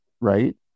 right